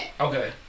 okay